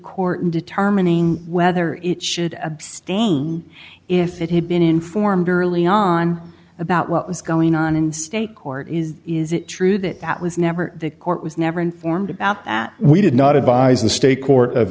court in determining whether it should abstain if it had been informed early on about what was going on in state court is is it true that that was never the court was never informed about that we did not advise the state court of